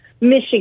Michigan